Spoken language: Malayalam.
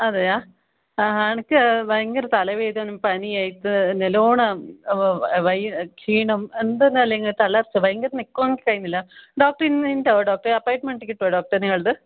അതെയാ എനിക്ക് ഭയങ്കര തലവേദനയും പനിയായിട്ട് നല്ല വണ്ണം വയ്യ ക്ഷീണം എന്താന്നറിയില്ല ഇങ്ങ തല ഭയങ്കര നിക്കോം ചെയ്യുന്നില്ല ഡോക്ടർ ഇന്ന് ഉണ്ടോ ഡോക്ടറെ അപ്പോയിൻമെൻറ്റ് കിട്ടുമോ ഡോക്ടറെ നിങ്ങളത്